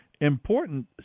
important